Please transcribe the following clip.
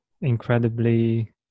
incredibly